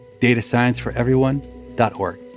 datascienceforeveryone.org